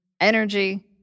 energy